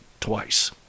twice